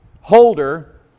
holder